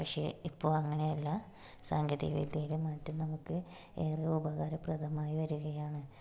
പക്ഷേ ഇപ്പോൾ അങ്ങനെയല്ല സാങ്കേതികവിദ്യയിലെ മാറ്റം നമുക്ക് ഏറെ ഉപകാരപ്രദമായി വരികയാണ്